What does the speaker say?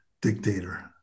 dictator